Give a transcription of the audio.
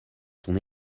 son